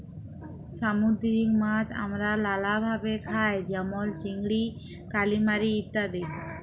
সামুদ্দিরিক মাছ আমরা লালাভাবে খাই যেমল চিংড়ি, কালিমারি ইত্যাদি